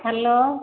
hello